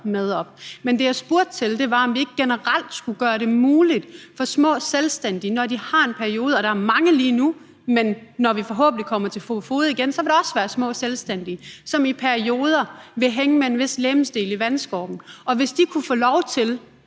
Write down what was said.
med op. Men det, jeg spurgte til, var, om vi ikke generelt skulle gøre det muligt for små selvstændige, når de har sådan en periode. Der er mange lige nu, men når vi forhåbentlig kommer på fode igen, vil der også være små selvstændige, som i perioder vil hænge med en vis legemsdel i vandskorpen. Og hvis de kunne få lov til